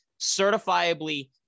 certifiably